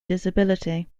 disability